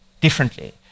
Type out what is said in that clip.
differently